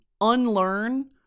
unlearn